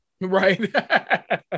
Right